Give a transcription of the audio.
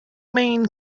main